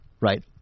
right